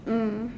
mm